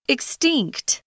Extinct